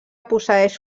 posseeix